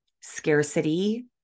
scarcity